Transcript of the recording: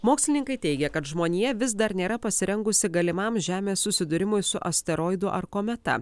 mokslininkai teigia kad žmonija vis dar nėra pasirengusi galimam žemės susidūrimui su asteroidu ar kometa